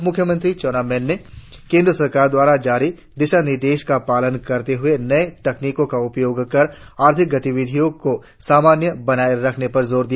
उप म्ख्यमंत्री ने केंद्र सरकार द्वारा जारी दिशानिर्देशों का पालन करते हुए नए तकनीकों का उपयोग कर आर्थिक गतिविधियों को सामान्य बनाएं रखने पर जोर दिया